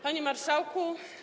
Panie Marszałku!